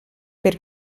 per